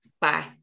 Bye